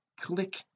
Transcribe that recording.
Click